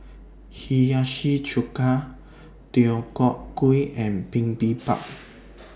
Hiyashi Chuka Deodeok Gui and Bibimbap